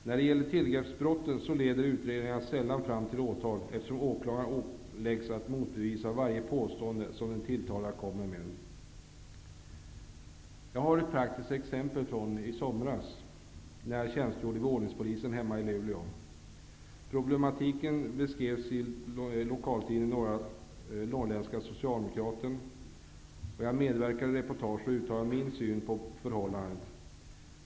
När det gäller tillgreppsbrott leder utredningarna sällan fram till åtal, eftersom åklagaren åläggs att motbevisa varje påstående som en tilltalad kommer med. Jag har ett praktiskt exempel från i somras, när jag tjänstgjorde vid ordningspolisen hemma i Luleå. Problematiken beskrevs i lokaltidningen Norrländska Socialdemokraten. Jag medverkade i reportaget och uttalade min uppfattning om förhållandet.